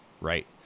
Right